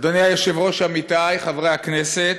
אדוני היושב-ראש, עמיתי חברי הכנסת,